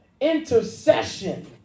intercession